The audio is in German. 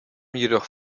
jedoch